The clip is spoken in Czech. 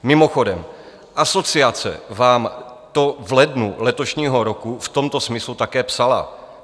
Mimochodem, asociace vám to v lednu letošního roku v tomto smyslu také psala.